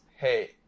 hey